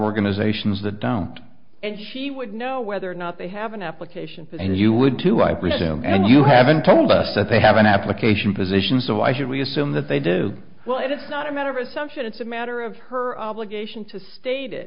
organizations that down and she would know whether or not they have an application and you would too i presume and you haven't told us that they have an application position so why should we assume that they do well it's not a matter of assumption it's a matter of her obligation to state it